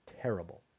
terrible